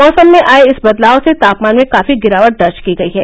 मौसम में आए इस बदलाव से तापमान में काफी गिरावट दर्ज की गयी है